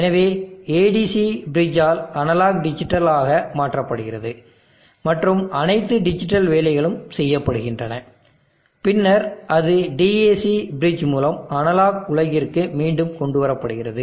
எனவே ADC bridge ஆல் analogue digital ஆக மாற்றப்படுகிறது மற்றும் அனைத்து டிஜிட்டல் வேலைகளும் செய்யப்படுகின்றன பின்னர் அது DAC பிரிட்ஜ் மூலம் அனலாக் உலகிற்கு மீண்டும் கொண்டு வரப்படுகிறது